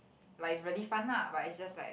like is very fun ah but it's just like